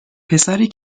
پسری